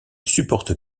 supporte